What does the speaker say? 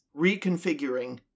reconfiguring